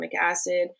acid